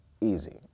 Easy